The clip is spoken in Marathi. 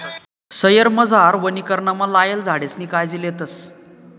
शयेरमझार वनीकरणमा लायेल झाडेसनी कायजी लेतस